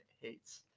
hates